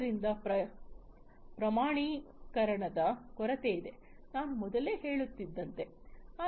ಆದ್ದರಿಂದ ಪ್ರಮಾಣೀಕರಣದ ಕೊರತೆಯಿದೆ ನಾನು ಮೊದಲೇ ಹೇಳುತ್ತಿದ್ದಂತೆ